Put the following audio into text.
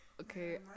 Okay